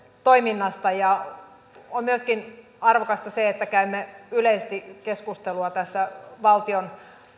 toiminnasta on myöskin arvokasta se että käymme yleisesti keskustelua tästä valtion